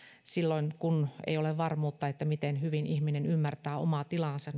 silloin kun ei ole varmuutta miten hyvin ihminen ymmärtää omaa tilaansa